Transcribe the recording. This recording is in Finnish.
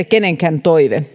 kenenkään toive